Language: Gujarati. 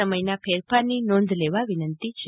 સમયમાં ફેરફારની નોધ લેવા વિનંતી છે